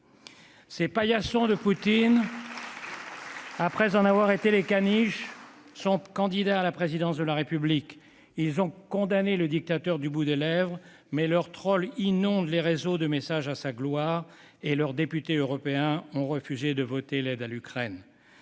Ces paillassons de Poutine, après en avoir été les caniches, sont candidats à la Présidence de la République. Ils ont condamné le dictateur du bout des lèvres, mais leurs trolls inondent les réseaux de messages à sa gloire et leurs députés européens ont refusé de voter l'aide à l'Ukraine.